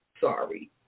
sorry